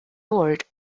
award